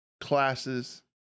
classes